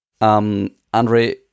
Andre